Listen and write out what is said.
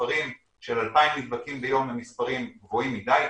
המספרים של 2,000 נדבקים ביום הם מספרים גבוהים מדי,